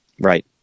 right